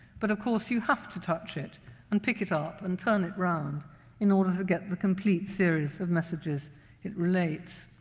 but, of course, you have to touch it and pick it up and turn it round in order to get the complete series of messages it relates.